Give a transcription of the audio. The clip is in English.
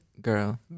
girl